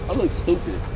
look stupid.